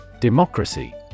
Democracy